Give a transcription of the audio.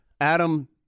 Adam